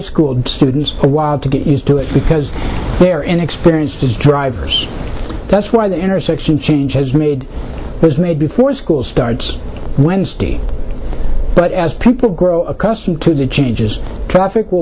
school students a while to get used to it because they're inexperienced drivers that's why the intersection changes made was made before school starts wednesday but as people grow accustomed to the changes tr